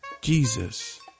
Jesus